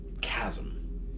chasm